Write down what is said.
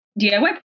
DIY